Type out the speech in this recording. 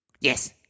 Yes